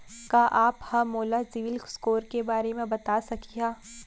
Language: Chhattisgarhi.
का आप हा मोला सिविल स्कोर के बारे मा बता सकिहा?